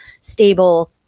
stable